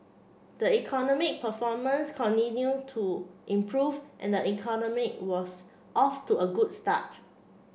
the economic performance continued to improve and the economy was off to a good start